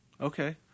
Okay